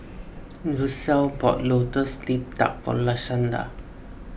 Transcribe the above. Lucile bought Lotus Leaf Duck for Lashanda